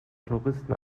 touristen